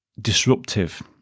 disruptive